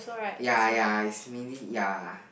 ya ya is mainly ya